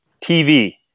TV